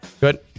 Good